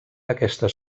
aquestes